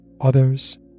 others